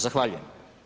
Zahvaljujem.